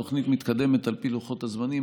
התוכנית מתקדמת על פי לוחות הזמנים,